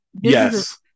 yes